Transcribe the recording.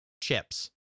chips